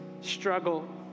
struggle